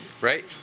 Right